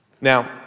Now